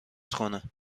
کنهبریم